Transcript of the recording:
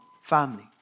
family